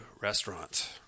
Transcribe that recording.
restaurant